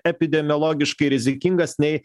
epidemiologiškai rizikingas nei